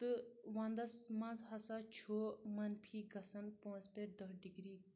تہٕ وَنٛدس منٛز ہسا چھُ منفی گژھان پانٛژھ پٮ۪ٹھ دہ ڈگری